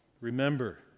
remember